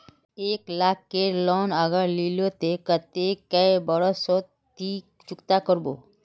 एक लाख केर लोन अगर लिलो ते कतेक कै बरश सोत ती चुकता करबो?